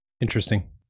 Interesting